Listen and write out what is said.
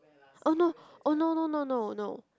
oh no oh no no no no